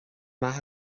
maith